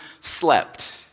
slept